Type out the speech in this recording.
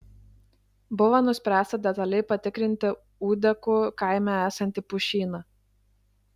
buvo nuspręsta detaliai patikrinti ūdekų kaime esantį pušyną